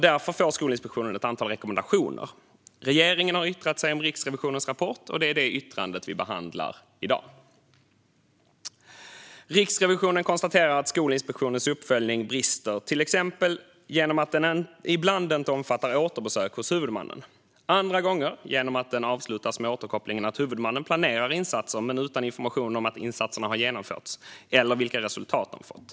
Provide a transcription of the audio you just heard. Därför får Skolinspektionen ett antal rekommendationer. Regeringen har yttrat sig om Riksrevisionens rapport, och det är det yttrandet vi behandlar i dag. Riksrevisionen konstaterar att Skolinspektionens uppföljning brister, till exempel genom att den ibland inte omfattar återbesök hos huvudmannen. Andra gånger brister den genom att den avslutas med återkopplingen att huvudmannen planerar insatser, men det saknas information om att insatserna har genomförts eller om vilka resultat de har fått.